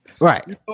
Right